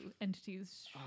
entities